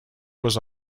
was